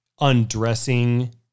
undressing